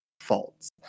faults